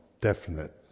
definite